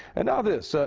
and ah this, ah